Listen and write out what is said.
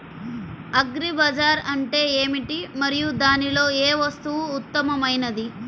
Agri Bazaar అంటే ఏమిటి మరియు దానిలో ఏ వస్తువు ఉత్తమమైనది?